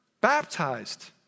baptized